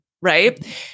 right